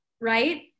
right